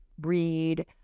read